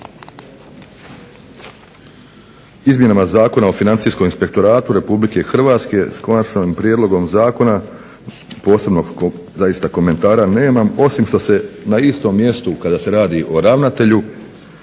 izmjenama Zakona o Financijskom inspektoratu Republike Hrvatske, s konačnim prijedlogom zakona, posebnog zaista komentara nemam osim što se na istom mjestu kada se radi o ravnatelju